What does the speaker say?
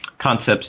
concepts